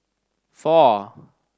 four